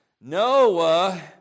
Noah